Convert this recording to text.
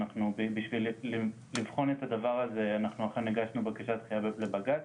בשביל לבחון את הדבר הזה אנחנו אכן הגשנו בקשת דחייה לבג"צ,